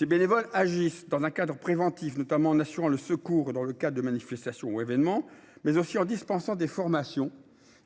Ils agissent dans un cadre préventif, par exemple en assurant le secours lors de manifestations ou événements, mais aussi en dispensant des formations